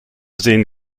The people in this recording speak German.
sehen